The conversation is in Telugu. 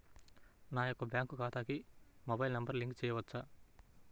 నా యొక్క బ్యాంక్ ఖాతాకి మొబైల్ నంబర్ లింక్ చేయవచ్చా?